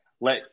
Let